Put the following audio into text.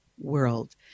world